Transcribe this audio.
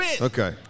Okay